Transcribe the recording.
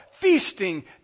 feasting